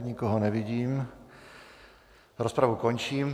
Nikoho nevidím, rozpravu končím.